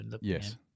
Yes